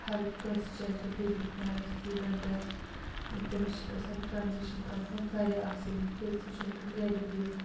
ہر کٲنٛسہِ چاہے سُہ بِزنِس مین آسہِ سٹوٗڈنٛٹ آسہِ تٔمِس چھِ گژھان ٹرٛانزٮ۪کشن کرنَس منٛز واریاہ آسٲنی کیٛازِ سُہ چھُ ہٮ۪کان گرِ بِہِتھ